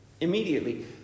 immediately